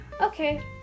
okay